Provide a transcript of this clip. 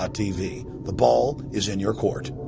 ah tv. the ball is in your court.